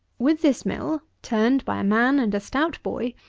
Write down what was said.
with this mill, turned by a man and a stout boy,